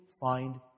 find